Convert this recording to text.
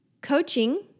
coaching